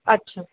अच्छा